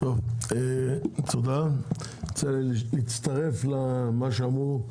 אני רוצה להצטרף למה שאמרו,